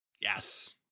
Yes